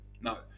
No